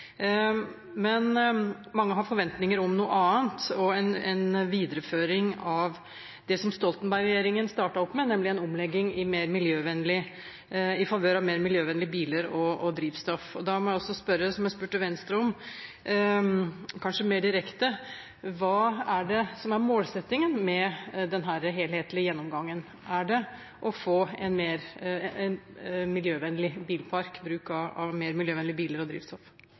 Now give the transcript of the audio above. Men mange har forventninger om noe annet, om en videreføring av det som Stoltenberg-regjeringen startet opp med, nemlig en omlegging i favør av mer miljøvennlige biler og drivstoff. Og da må jeg spørre, som jeg også spurte Venstre om, kanskje mer direkte: Hva er målsettingen med denne helhetlige gjennomgangen? Er det å få en miljøvennlig bilpark, bruk av mer miljøvennlige biler og drivstoff?